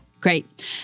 great